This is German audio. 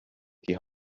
die